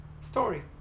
story